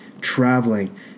traveling